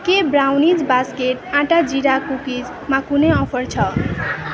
के brownies basket आँटा जिरा कुकिजमा कुनै अफर छ